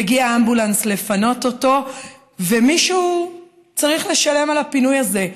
מגיע אמבולנס לפנות אותו ומישהו צריך לשלם על הפינוי הזה,